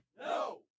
No